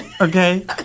okay